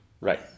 Right